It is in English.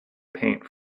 paint